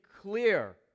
clear